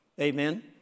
Amen